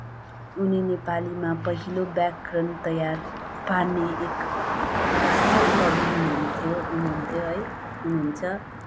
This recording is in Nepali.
उनी नेपालीमा पहिलो व्याकरण तयार पार्ने एक असल कवि हुनुहुन्थ्यो हुनुहुन्थ्यो है हुनुहुन्छ